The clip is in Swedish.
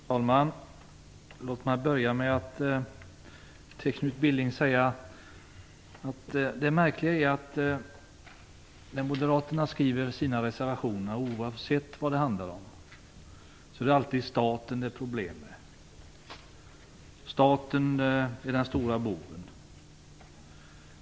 Herr talman! Låt mig börja med att rikta mig till Knut Billing. Det är märkligt, att oavsett vad moderaternas reservationer handlar om är det alltid staten som det är problem med och staten som är den stora boven.